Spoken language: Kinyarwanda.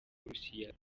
burusiya